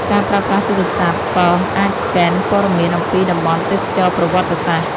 ការប្រើប្រាស់ទូរស័ព្ទ ក៏អាចស្កេនព័ត៌មានអំពីតំបន់ទេសចរណ៍ប្រវត្តិសាស្ត្រ។